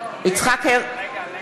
נגד יצחק וקנין,